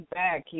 back